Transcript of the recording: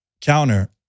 Counter